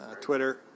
Twitter